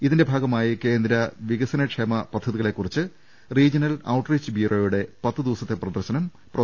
ഇതിന്റെ ഭാഗമായി കേന്ദ്ര വികസന്ദക്ഷേമ പദ്ധതികളെ കുറിച്ച് റീജ്യണൽ ഔട്ട്റീച്ച് ബ്യൂറോയ്യുടെ പത്ത് ദിവസത്തെ പ്രദർശനം പ്രൊഫ